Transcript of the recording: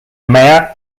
mayor